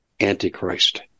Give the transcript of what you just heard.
Antichrist